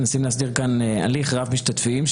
מנסים להסדיר כאן הליך רב משתתפים,